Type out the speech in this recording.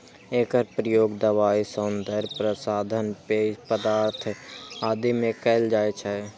एकर प्रयोग दवाइ, सौंदर्य प्रसाधन, पेय पदार्थ आदि मे कैल जाइ छै